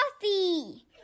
coffee